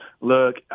Look